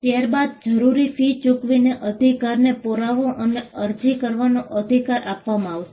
ત્યારબાદ જરૂરી ફી ચૂકવીને અધિકારનો પુરાવો અને અરજી કરવાનો અધિકાર આપવામાં આવશે